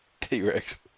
T-Rex